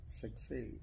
succeed